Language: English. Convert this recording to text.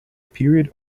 period